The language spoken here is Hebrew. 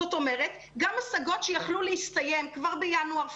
זאת אומרת גם השגות שיכלו להסתיים כבר בינואר,